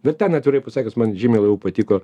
bet ten atvirai pasakius man žymiai labiau patiko